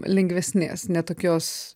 lengvesnės ne tokios